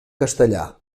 castellà